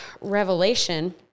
Revelation